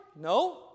No